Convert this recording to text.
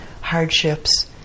hardships